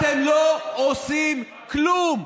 אתם לא עושים כלום.